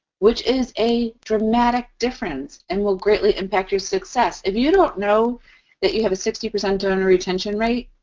which is a dramatic difference, and will greatly impact your success. if you don't know that you have a sixty percent donor retention rate,